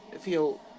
feel